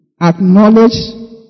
Acknowledge